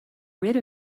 rid